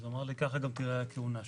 הוא אמר לי: כך גם תיראה הכהונה שלך.